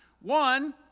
One